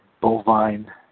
bovine